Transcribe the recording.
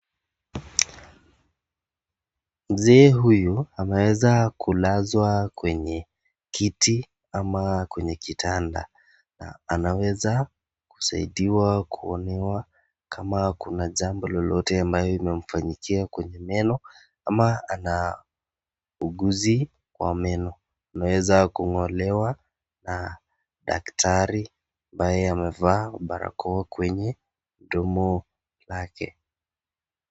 Mzee huyu ameweza kulazwa kwenye kiti ama kwenye kitanda na anaweza kusaidiwa kuonewa kama kuna jambo lolote ambayo imemfanyikia kwenye meno ama ana uguzi kwa meno. Anaweza kung'olewa na daktari ambaye amevaa barakoa kwenye mdomo lake.